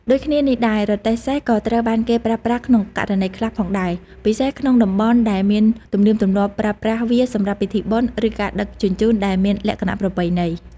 ដូចគ្នានេះដែរ រទេះសេះ ក៏ត្រូវបានគេប្រើប្រាស់ក្នុងករណីខ្លះផងដែរ ពិសេសក្នុងតំបន់ដែលមានទំនៀមទម្លាប់ប្រើប្រាស់វាសម្រាប់ពិធីបុណ្យ ឬការដឹកជញ្ជូនដែលមានលក្ខណៈប្រពៃណី។